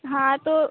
हाँ तो